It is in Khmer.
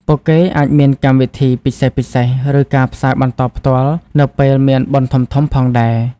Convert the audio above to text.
ពួកគេអាចមានកម្មវិធីពិសេសៗ ឬការផ្សាយបន្តផ្ទាល់នៅពេលមានបុណ្យធំៗផងដែរ។